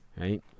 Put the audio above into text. Right